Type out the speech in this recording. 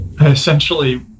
essentially